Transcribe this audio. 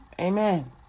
Amen